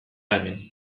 hemen